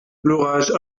l’orage